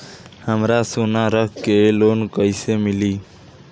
हमरा सोना रख के लोन कईसे मिली?